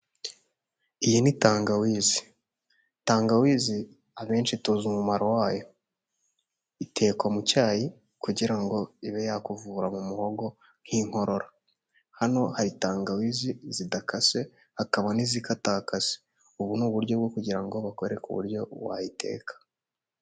Iyi ni tangawizi, tangawizi abenshi tuzi umumaro wayo; itekwa mu cyayi kugira ngo ibe yakuvura mu muhogo nk'inkorora; hano hari tangawizi zidakase hakaba n'izikatakase; ubu ni uburyo bwo kugira ngo bakwereke uburyo wayiteka.